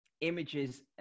images